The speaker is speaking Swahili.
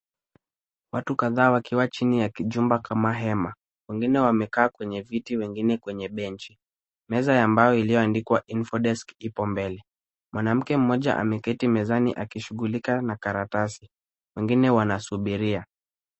Watu kadhaa wakiwa chini ya kijumba kama hema. wengine wamekaa kwenye viti wengine kwenye benchi. Meza ya mbao iliyoandikwa info desk ipo mbele. Mwanamke mmoja ameketi chini akishughulika na karatasi. Wengine wanasubiria.